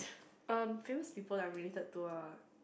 um famous people that I'm related ah